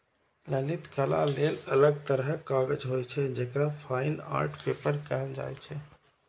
ललित कला लेल अलग तरहक कागज होइ छै, जेकरा फाइन आर्ट पेपर कहल जाइ छै